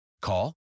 Call